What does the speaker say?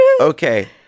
Okay